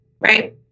right